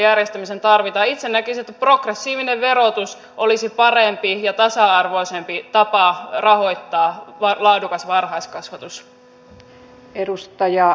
itse näkisin että progressiivinen verotus olisi parempi ja tasa arvoisempi tapa rahoittaa laadukas varhaiskasvatus